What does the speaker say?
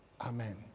Amen